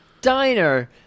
diner